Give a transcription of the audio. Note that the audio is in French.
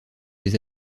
des